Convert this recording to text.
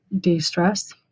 de-stress